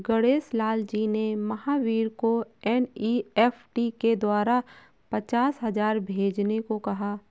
गणेश लाल जी ने महावीर को एन.ई.एफ़.टी के द्वारा पचास हजार भेजने को कहा